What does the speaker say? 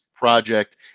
Project